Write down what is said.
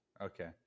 Okay